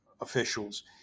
officials